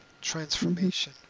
Transformation